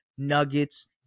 nuggets